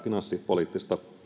finanssipoliittista